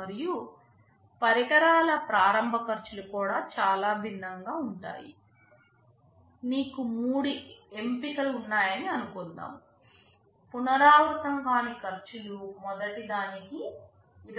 మరియు పరికరాల ప్రారంభ ఖర్చులు కూడా చాలా భిన్నంగా ఉంటాయి మీకు మూడు ఎంపికలు ఉన్నాయని అనుకుందాం పునరావృతంకాని ఖర్చులు మొదటి దానికి